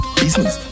business